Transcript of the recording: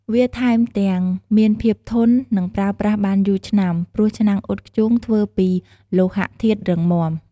វាថែមទាំង មានភាពធន់ និងប្រើប្រាស់បានយូរឆ្នាំ ព្រោះឆ្នាំងអ៊ុតធ្យូងធ្វើពីលោហៈធាតុរឹងមាំ។